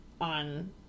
on